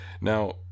now